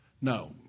no